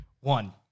one